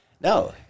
No